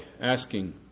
asking